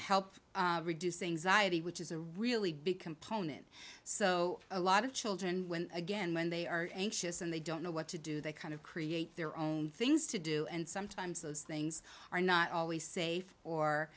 help reduce anxiety which is a really big component so a lot of children when again when they are anxious and they don't know what to do they kind of create their own things to do and sometimes those things are not always safe or